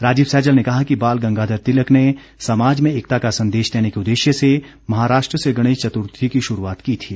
राजीव सहजल ने कहा कि बाल गंगाधर तिलक ने समाज में एकता का संदेश देने को उदेश्य से महाराष्ट्र से गणेश चतर्थी की शुरूआत की थी